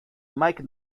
mike